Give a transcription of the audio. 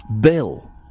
Bill